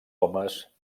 homes